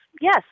Yes